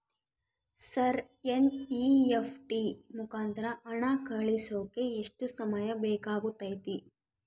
Sir NEFT ಮುಖಾಂತರ ಹಣ ಕಳಿಸೋಕೆ ಎಷ್ಟು ಸಮಯ ಬೇಕಾಗುತೈತಿ?